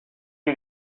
you